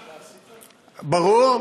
ברור,